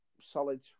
solid